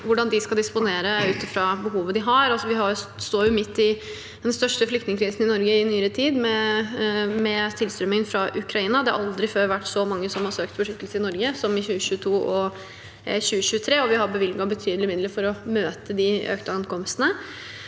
hvordan de skal disponere ut fra behovet de har. Vi står midt i den største flyktningkrisen i Norge i nyere tid, med tilstrømming fra Ukraina. Det aldri før vært så mange som har søkt beskyttelse i Norge som i 2022 og 2023, og vi har bevilget betydelige midler for å møte de økte ankomstene.